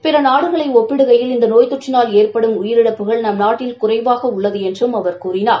பிற நாடுகளை ஒப்பிடுகையில் இந்த நோய் தொற்றினால் ஏற்படும் உயிரிழப்புகள் நம்நாட்டில் குறைவாக உள்ளது என்றும் அவர் கூறினார்